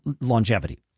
longevity